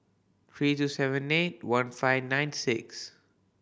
three two seven eight one five nine six